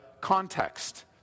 context